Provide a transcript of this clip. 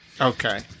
Okay